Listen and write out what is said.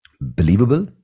believable